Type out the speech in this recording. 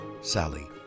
Sally